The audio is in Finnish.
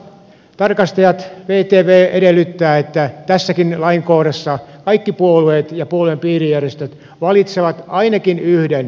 eli jatkossa vtv edellyttää että tässäkin lainkohdassa kaikki puolueet ja puolueen piirijärjestöt valitsevat ainakin yhden auktorisoidun tilintarkastajan